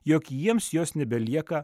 jog jiems jos nebelieka